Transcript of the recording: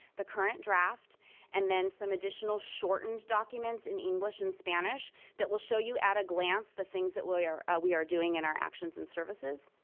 the current draft and then some additional shortened documents in english and spanish that will show you at a glance the things that we are ah we are doing in our actions and services.